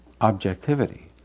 objectivity